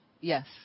Yes